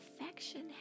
affection